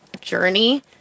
journey